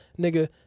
nigga